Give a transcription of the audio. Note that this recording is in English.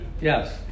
Yes